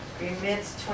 remits